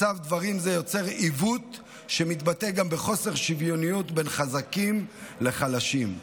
מצב דברים זה יוצר עיוות שמתבטא גם בחוסר שוויוניות בין חזקים לחלשים.